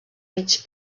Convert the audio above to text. mig